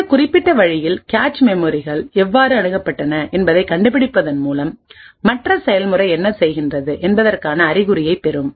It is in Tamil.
இந்த குறிப்பிட்ட வழியில் கேச்மெமரிகள் எவ்வாறு அணுகப்பட்டன என்பதைக் கண்டுபிடிப்பதன் மூலம் மற்ற செயல்முறை என்ன செய்கிறது என்பதற்கான அறிகுறியைப் பெறும்